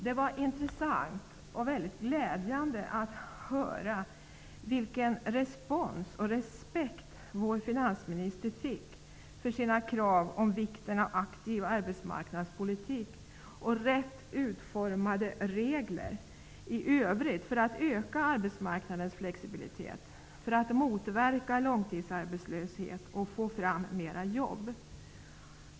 Det var intressant och mycket glädjande att höra den respons och respekt som vår finansminister rönte för sina krav på att det måste sättas stor vikt vid aktiv arbetsmarknadspolitik och rätt utformade regler i övrigt för att öka arbetsmarknadens flexibilitet, för att motverka långtidsarbetslöshet och för att få fram mera jobb.